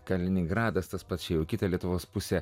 kaliningradas tas pats jau kita lietuvos pusė